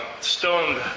stoned